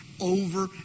over